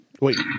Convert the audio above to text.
Wait